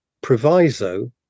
proviso